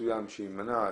מאז